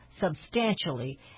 substantially